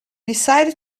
decided